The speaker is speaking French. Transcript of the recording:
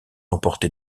emporté